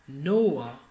Noah